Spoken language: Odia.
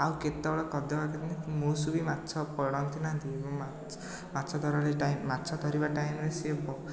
ଆଉ କେତେବେଳେ ମୌସୁମୀ ମାଛ ପଡ଼ନ୍ତି ଏବଂ ମାଛ ମାଛ ଧରାଳି ଟାଇମ୍ ମାଛ ଧରିବା ଟାଇମ୍ରେ ସିଏ ବ